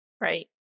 right